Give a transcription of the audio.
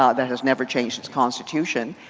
um that has never changed the constitution.